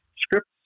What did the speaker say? scripts